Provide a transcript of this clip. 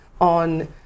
on